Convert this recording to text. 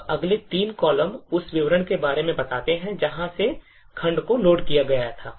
अब अगले तीन कॉलम उस विवरण के बारे में बताते हैं जहां से खंड को लोड किया गया था